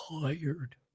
tired